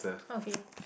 okay